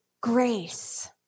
grace